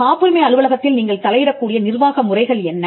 காப்புரிமை அலுவலகத்தில் நீங்கள் தலையிடக் கூடிய நிர்வாக முறைகள் என்ன